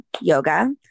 yoga